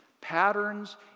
Patterns